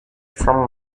from